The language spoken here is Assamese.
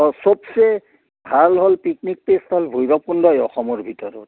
অঁ চবচে ভাল হ'ল পিকনিক প্লেচ হ'ল ভৈৰৱকুণ্ডই অসমৰ ভিতৰত